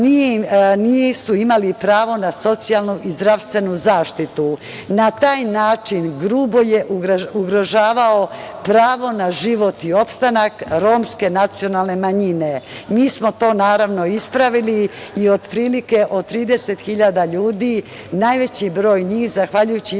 nisu imali pravo na socijalnu i zdravstvenu zaštitu. Na taj način grubo je ugrožavao pravo na život i opstanak romske nacionalne manjine. Mi smo to ispravili i otprilike od 30.000 ljudi najveći broj njih, zahvaljujući izmenama